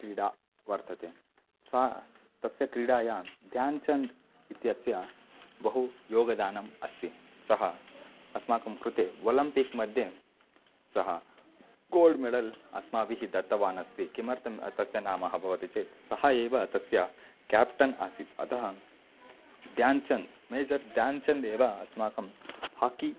क्रीडा वर्तते सा स् तस्य क्रीडायां ध्यानचन्दः इत्यस्य बहु योगदानम् अस्ति सः अस्माकं कृते ओलम्पिक्मध्ये सः गोल्ड् मेडल् अस्माभिः दत्तवान् अस्ति किमर्थं तस्य नाम भवति चेत् सः एव तस्य क्याप्टन् आसीत् अतः ध्यानचन्दः मेजर् ध्यानचन्दः एव अस्माकं हाकि